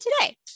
today